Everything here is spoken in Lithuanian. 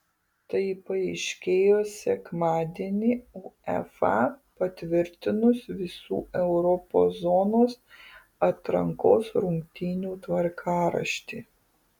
tai paaiškėjo sekmadienį uefa patvirtinus visų europos zonos atrankos rungtynių tvarkaraštį